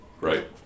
Right